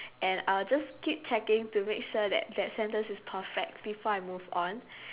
and I'll just keep checking to make sure that that sentence is perfect before I move on